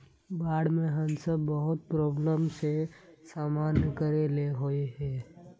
बाढ में हम सब बहुत प्रॉब्लम के सामना करे ले होय है?